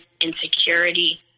insecurity